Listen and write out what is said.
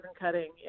cutting